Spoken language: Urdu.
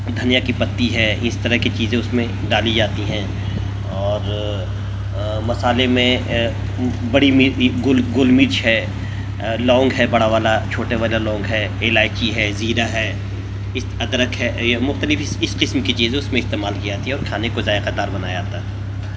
دھنیا کی پتی ہے اس طرح کی چیزیں اس میں ڈالی جاتی ہیں اور مصالحے میں بڑی مرچ گول گول مرچ ہے لونگ ہے بڑا والا چھوٹے والا لونگ ہے الائچی ہے زیرہ ہے اس ادرک ہے یہ مختلف اس اس قسم کی چیزیں اس میں استعمال کی جاتی ہیں اور کھانے کو ذائقہ دار بنایا جاتا ہے